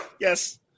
Yes